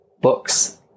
books